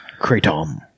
Kratom